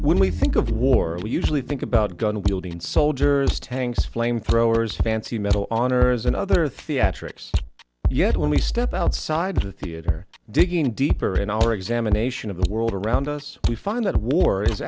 when we think of war we usually think about gun wielding soldiers tanks flame throwers fancy metal on earth and other theatrical yet when we step outside the theater digging deeper in our examination of the world around us we find that war is